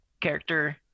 character